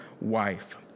wife